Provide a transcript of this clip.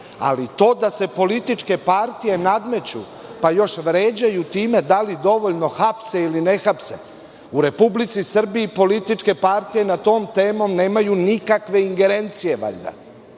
ali to da se političke partije nadmeću, pa još vređaju time da li dovoljno hapse ili ne hapse. U Republici Srbiji političke partije nad tom temom nemaju nikakve ingerencije valjda